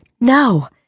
no